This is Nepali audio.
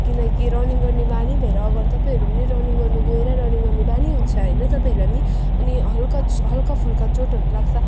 किनकि रनिङ गर्ने बानी भएर अगर तपाईँहरू पनि रनिङ गर्नु गएर रनिङ गर्ने बानी हुन्छ होइन तपाईँहरूलाई पनि अनि हल्का हल्काफुल्का चोटहरू लाग्दा